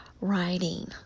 writing